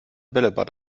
bällebad